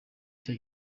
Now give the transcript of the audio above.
cya